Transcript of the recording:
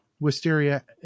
Wisteria